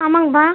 ஆமாங்கப்பா